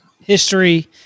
history